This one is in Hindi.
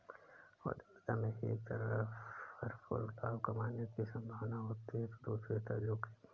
उद्यमिता में एक तरफ भरपूर लाभ कमाने की सम्भावना होती है तो दूसरी तरफ जोखिम